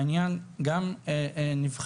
העניין גם נבחן.